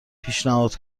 پیشنهاد